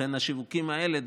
לכן השיווקים האלה,